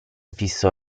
fissò